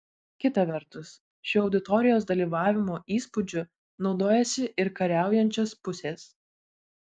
kita vertus šiuo auditorijos dalyvavimo įspūdžiu naudojasi ir kariaujančios pusės